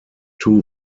two